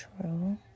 true